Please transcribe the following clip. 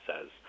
says